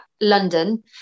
London